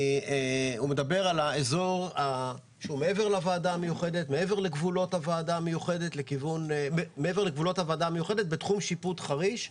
זה על האזור שהוא מעבר לגבולות הוועדה המיוחדת בתחום השיפוט של חריש.